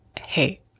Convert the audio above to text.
hey